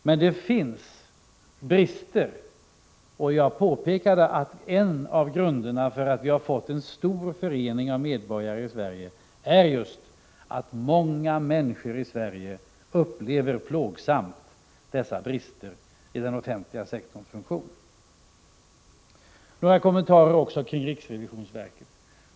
Men det finns brister, och jag påpekade att en av grunderna till att många medborgare i Sverige har förenats i dessa synpunkter på den offentliga sektorn är just att de på ett plågsamt sätt upplever dessa brister i den offentliga sektorns funktion. Några kommentarer också kring riksrevisionsverket.